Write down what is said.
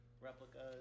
replicas